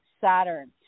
Saturn